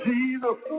Jesus